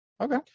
Okay